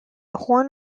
horn